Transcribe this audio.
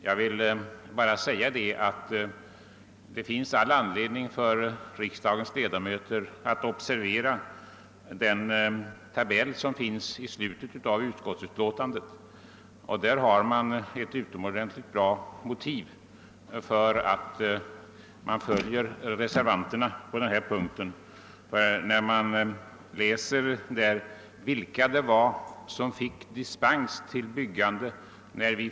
Jag vill bara tillägga att det finns all anledning för riksdagens ledamöter att observera tabellen i slutet av bevillningsutskottets betänkande. Där finner man ett utomordentligt motiv till att följa reservanterna på denna punkt, ty man kan där läsa om vilka som fick dispens till byggande.